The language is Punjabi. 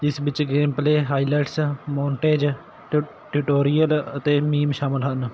ਜਿਸ ਵਿੱਚ ਗੇਮ ਪਲੇ ਹਾਈਲਾਈਟਸ ਮੋਂਟੇਜ ਟਿ ਟਿਊਟੋਰੀਅਲ ਅਤੇ ਮੀਮ ਸ਼ਾਮਿਲ ਹਨ